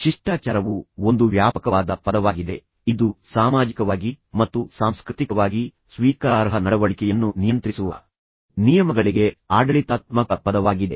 ಶಿಷ್ಟಾಚಾರವು ಒಂದು ವ್ಯಾಪಕವಾದ ಪದವಾಗಿದೆ ಇದು ಸಾಮಾಜಿಕವಾಗಿ ಮತ್ತು ಸಾಂಸ್ಕೃತಿಕವಾಗಿ ಸ್ವೀಕಾರಾರ್ಹ ನಡವಳಿಕೆಯನ್ನು ನಿಯಂತ್ರಿಸುವ ನಿಯಮಗಳಿಗೆ ಆಡಳಿತಾತ್ಮಕ ಪದವಾಗಿದೆ